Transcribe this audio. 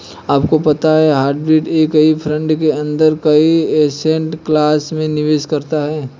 आपको पता है हाइब्रिड एक ही फंड के अंदर कई एसेट क्लास में निवेश करता है?